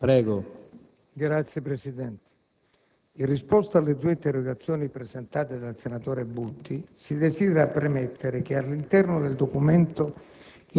per le infrastrutture*. In risposta alle due interrogazioni presentate dal senatore Butti, si desidera premettere che all'interno del documento